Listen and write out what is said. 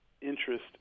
interest